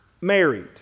married